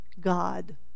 God